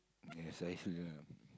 yes I actually don't know